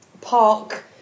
park